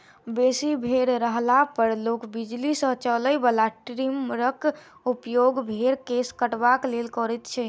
बेसी भेंड़ रहला पर लोक बिजली सॅ चलय बला ट्रीमरक उपयोग भेंड़क केश कटबाक लेल करैत छै